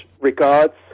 regards